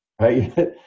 Right